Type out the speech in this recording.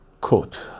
Quote